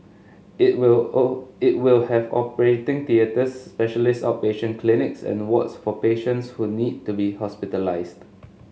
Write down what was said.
it will it will have operating theatres specialist outpatient clinics and wards for patients who need to be hospitalised